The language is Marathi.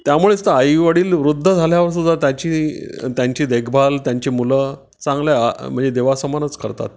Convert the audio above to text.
त्यामुळेच तर आईवडील वृद्ध झाल्यावर सुद्धा त्याची त्यांची देखभाल त्यांची मुलं चांगले आ म्हणजे देवासमानच करतात